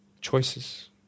Choices